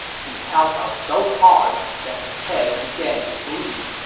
he kowtowed so hard that his head began to bleed,